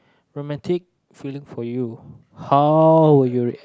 romantic feeling for you how you react